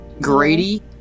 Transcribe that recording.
Grady